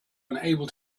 unable